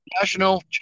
national